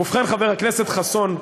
ובכן, חבר הכנסת חסון,